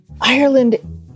Ireland